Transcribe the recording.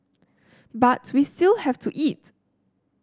but we still have to eat